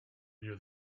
near